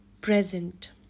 present